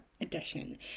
edition